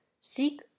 seek